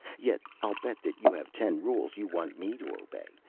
yet i'll bet that you have ten rules you want me to obey,